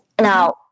now